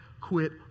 quit